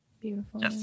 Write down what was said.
beautiful